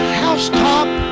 housetop